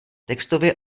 textově